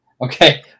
okay